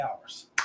hours